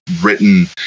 written